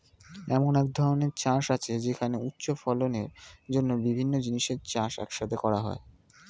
এমন এক ধরনের চাষ আছে যেখানে উচ্চ ফলনের জন্য বিভিন্ন জিনিসের চাষ এক সাথে করা হয়